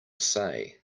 say